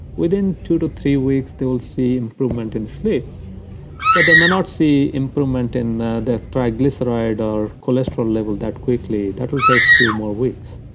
within two to three weeks they will see improvement in sleep but they may not see improvement in their triglyceride or cholesterol level that quickly that'll take a few more weeks.